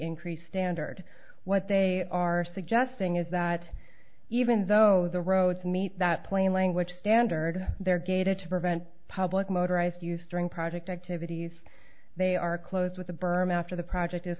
increase standard what they are suggesting is that even though the roads meet that plain language standard they're gated to prevent public motorized use during project activities they are close with a berm after the project is